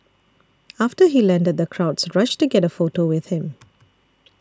after he landed the crowds rushed to get a photo with him